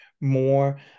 more